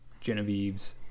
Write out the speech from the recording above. Genevieve's